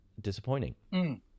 disappointing